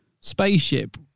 spaceship